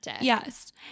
Yes